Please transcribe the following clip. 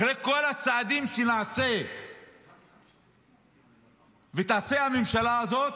אחרי כל הצעדים שנעשה ותעשה הממשלה הזאת,